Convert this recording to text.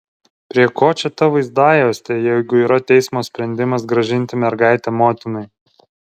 prie ko čia ta vaizdajuostė jeigu yra teismo sprendimas grąžinti mergaitę motinai